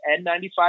n95